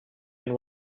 and